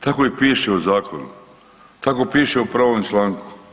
Tako i piše u zakonu, tako piše u prvom članku.